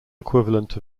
equivalent